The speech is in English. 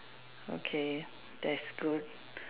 okay that's good